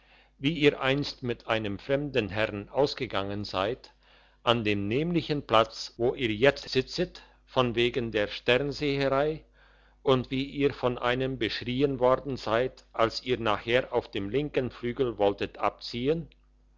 wie ihr einst mit einem fremden herrn angegangen seid an dem nämlichen platz wo ihr jetzt sitzet von wegen der sternseherei und wie ihr von einem beschrien worden seid als ihr nachher auf dem linken flügel wolltet abziehen